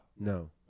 No